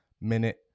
minute